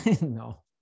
No